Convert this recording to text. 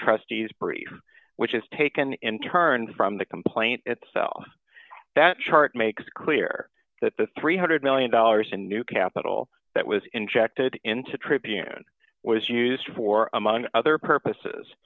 trustees brief which is taken in turn from the complaint itself that chart makes clear that the three hundred million dollars in new capital that was injected into tribune was used for among other purposes